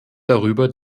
darüber